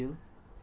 mm